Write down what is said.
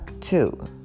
two